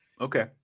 Okay